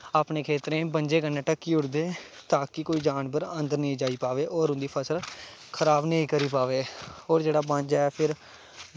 अपने खेत्तरें गी बंजें कन्नैं डक्की ओड़दे तां कि कोई डंगर अंदर नेईं जाई पावे होर उं'दी फसल होर खराव नेईं करी पाए होर जेह्ड़ा बंज ऐ